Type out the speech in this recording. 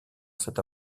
cette